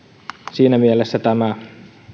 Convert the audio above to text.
siinä mielessä tämä